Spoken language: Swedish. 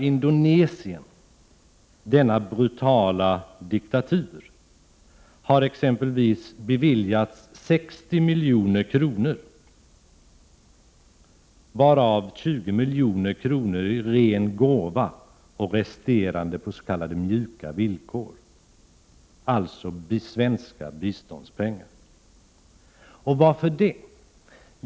Indonesien, denna brutala diktatur, har exempelvis beviljats 60 milj.kr., varav 20 milj.kr. i ren gåva och resterande på s.k. mjuka villkor — av svenska biståndspengar. Och varför?